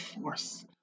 force